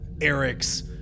Eric's